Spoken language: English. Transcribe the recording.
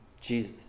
Jesus